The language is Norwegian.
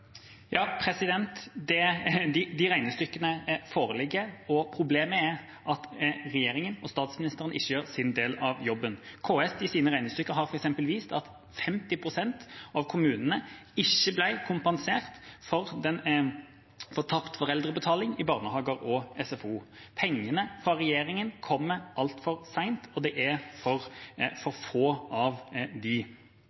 De regnestykkene foreligger, og problemet er at regjeringa og statsministeren ikke gjør sin del av jobben. KS har i sine regnestykker f.eks. vist at 50 pst. av kommunene ikke ble kompensert for tapt foreldrebetaling i barnehager og SFO. Pengene fra regjeringa kommer altfor sent, og det er for